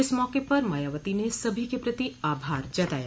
इस मौके पर मायावती ने सभी के प्रति आभार जताया